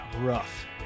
rough